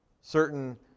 Certain